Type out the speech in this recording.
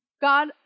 God